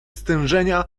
stężenia